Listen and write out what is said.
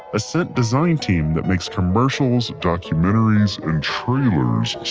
a scent design team that makes commercials, documentaries, and trailers